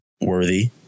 worthy